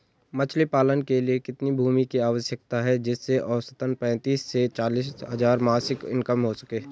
मछली पालन के लिए कितनी भूमि की आवश्यकता है जिससे औसतन पैंतीस से चालीस हज़ार मासिक इनकम हो सके?